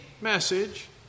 message